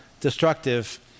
destructive